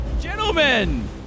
Gentlemen